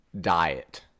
diet